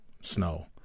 Snow